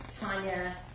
Tanya